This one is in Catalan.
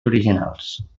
originals